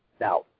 Now